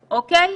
איתם.